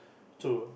true